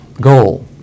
goal